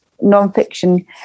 non-fiction